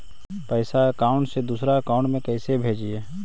पैसा अकाउंट से दूसरा अकाउंट में कैसे भेजे?